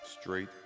Straight